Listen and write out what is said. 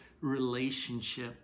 relationship